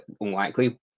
unlikely